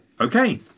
Okay